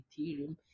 Ethereum